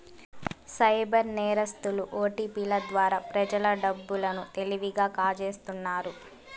cyber నేరస్తులు ఓటిపిల ద్వారా ప్రజల డబ్బు లను తెలివిగా కాజేస్తున్నారు